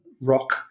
rock